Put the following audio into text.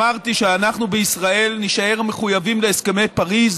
אמרתי שאנחנו בישראל נישאר מחויבים להסכמי פריז